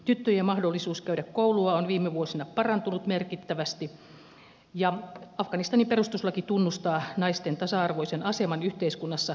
tyttöjen mahdollisuus käydä koulua on viime vuosina parantunut merkittävästi ja afganistanin perustuslaki tunnustaa naisten tasa arvoisen aseman yhteiskunnassa